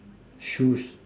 shoes